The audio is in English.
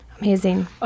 Amazing